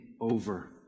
over